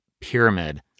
pyramid